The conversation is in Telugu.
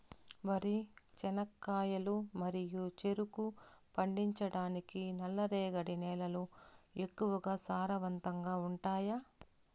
వరి, చెనక్కాయలు మరియు చెరుకు పండించటానికి నల్లరేగడి నేలలు ఎక్కువగా సారవంతంగా ఉంటాయా?